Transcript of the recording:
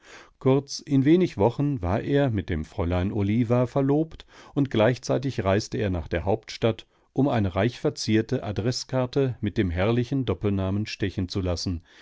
kurz in wenig wochen war er mit dem fräulein oliva verlobt und gleichzeitig reiste er nach der hauptstadt um eine reich verzierte adreßkarte mit dem herrlichen doppelnamen stechen zu lassen